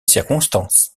circonstances